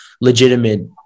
legitimate